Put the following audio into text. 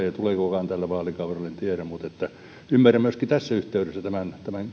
tuleekokaan tällä vaalikaudella en tiedä mutta ymmärrän myöskin tässä yhteydessä tämän